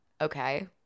okay